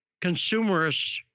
consumerist